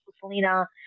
Selena